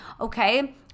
okay